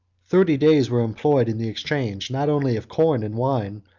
thirty days were employed in the exchange, not only of corn and wine,